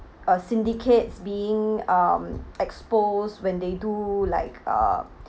uh syndicates being um exposed when they do like uh